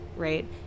right